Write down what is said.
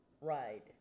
ride